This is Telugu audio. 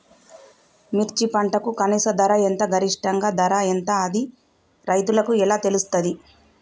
మిర్చి పంటకు కనీస ధర ఎంత గరిష్టంగా ధర ఎంత అది రైతులకు ఎలా తెలుస్తది?